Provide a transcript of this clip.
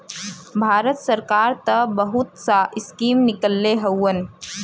भारत सरकार त बहुत सा स्कीम निकलले हउवन